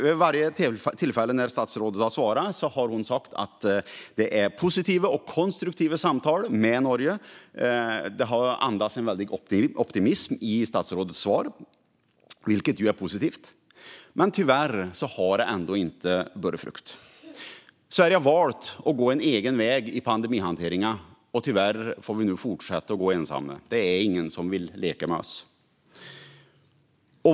Vid varje tillfälle då statsrådet har svarat har hon framhållit att det förs positiva och konstruktiva samtal med Norge. Det har andats en väldig optimism i statsrådets svar, vilket är positivt. Tyvärr har det ändå inte burit frukt. Sverige har valt att gå en egen väg i pandemihanteringen, och tyvärr får vi nu fortsätta att gå ensamma. Det är ingen som vill leka med oss.